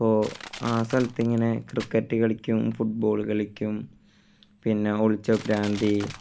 അപ്പോൾ ആ സ്ഥലത്തിങ്ങനെ ക്രിക്കറ്റ് കളിക്കും ഫുട്ബോള് കളിക്കും പിന്നെ ഒളിച്ചോ പ്രാന്തി